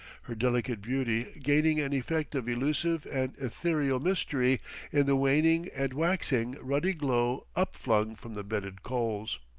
her delicate beauty gaining an effect of elusive and ethereal mystery in the waning and waxing ruddy glow upflung from the bedded coals.